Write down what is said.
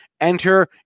Enter